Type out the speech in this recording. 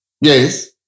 yes